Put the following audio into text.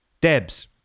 Debs